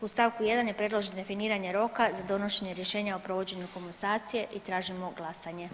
U st. 1 je predloženo definiranje roka za donošenje rješenja o provođenju komasacije i tražimo glasanje.